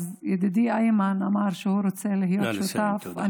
אז ידידי איימן אמר שהוא רוצה להיות שותף,